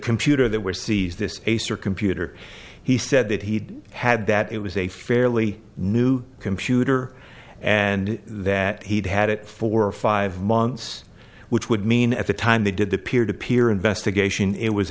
computer that were seized this case or computer he said that he had that it was a fairly new computer and that he'd had it for five months which would mean at the time they did the peer to peer investigation it was